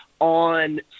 on